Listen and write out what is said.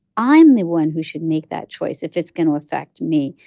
i'm the one who should make that choice if it's going to affect me.